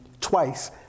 twice